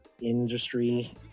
industry